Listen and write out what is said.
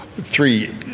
three